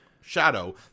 shadow